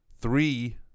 three